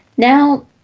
Now